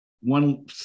one